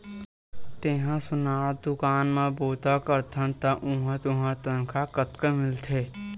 तेंहा सोनार दुकान म बूता करथस त उहां तुंहर तनखा कतका मिलथे?